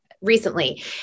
recently